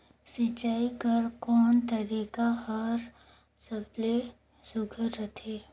सिंचाई कर कोन तरीका हर सबले सुघ्घर रथे?